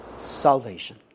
Salvation